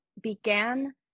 began